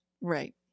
Right